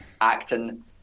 acting